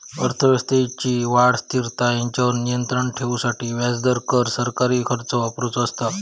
अर्थव्यवस्थेची वाढ, स्थिरता हेंच्यावर नियंत्राण ठेवूसाठी व्याजदर, कर, सरकारी खर्च वापरुचो असता